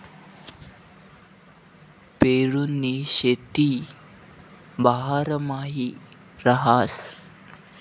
पेरुनी शेती बारमाही रहास